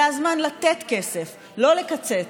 זה הזמן לתת כסף, לא לקצץ.